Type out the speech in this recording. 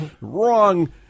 Wrong